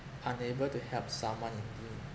unable to help someone in need